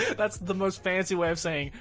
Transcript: that's the most fancy way of saying,